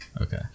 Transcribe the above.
okay